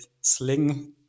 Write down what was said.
sling